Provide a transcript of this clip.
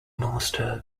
master